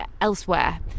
elsewhere